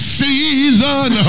season